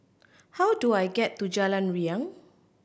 how do I get to Jalan Riang